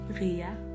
Ria